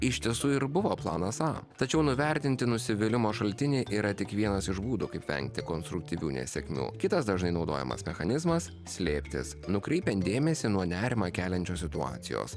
iš tiesų ir buvo planas a tačiau nuvertinti nusivylimo šaltiniai yra tik vienas iš būdų kaip vengti konstruktyvių nesėkmių kitas dažnai naudojamas mechanizmas slėptis nukreipiant dėmesį nuo nerimą keliančios situacijos